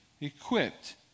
equipped